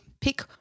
pick